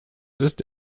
ist